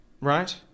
Right